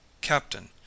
Captain